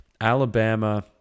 Alabama